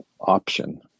option